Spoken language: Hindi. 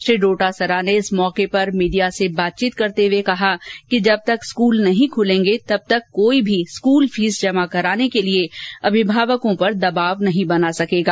श्री डोटासरा ने इस मौके पर मीडिया से बातचीत करते हुए कहा कि जब तक स्कूल नहीं खुलेंगे तब तक कोई भी स्कूल फीस जमा कराने के लिए अभिभावकों पर दबाव नहीं बना सकेगा